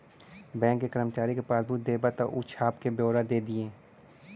bank के करमचारी के पासबुक देबा त ऊ छाप क बेओरा दे देई